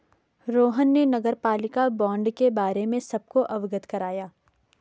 रोहन ने नगरपालिका बॉण्ड के बारे में सबको अवगत कराया